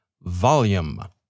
Volume